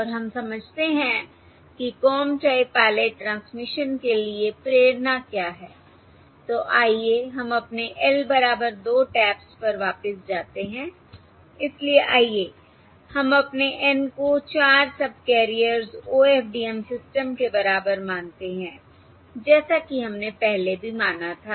और हम समझते हैं कि कॉम टाइप पायलट ट्रांसमिशन के लिए प्रेरणा क्या है तो आइए हम अपने L बराबर 2 टैप्स पर वापिस जाते हैं इसलिए आइए हम अपने N को 4 सबकैरियर्स OFDM सिस्टम के बराबर मानते हैं जैसा कि हमने पहले भी माना था